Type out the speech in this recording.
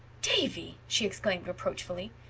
davy! she exclaimed reproachfully.